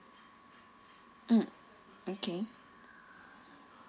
mm okay